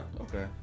okay